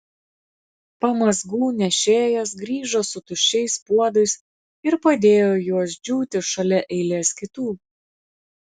pamazgų nešėjas grįžo su tuščiais puodais ir padėjo juos džiūti šalia eilės kitų